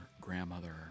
grandmother